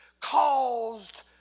caused